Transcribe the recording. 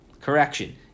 Correction